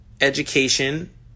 Education